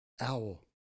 owl